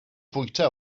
fwyta